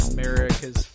America's